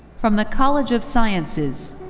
from the college of sciences.